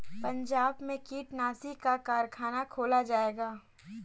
पंजाब में कीटनाशी का कारख़ाना खोला जाएगा